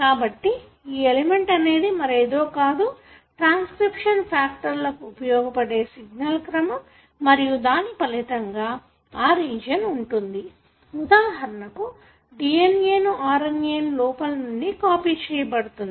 కాబట్టి ఈ ఎలిమెంట్ అనేది మరేదో కాదు ట్రాన్స్కిర్ప్షన్ ఫాక్టర్ లు తోడ్పడే సిగ్నల్ క్రమం మరియు దాని ఫలితంగా ఆ రీజియన్ ఉంటుంది ఉదాహరణకు DNA ను RNA లోపలి కాపీ చెయ్యబడుతుంది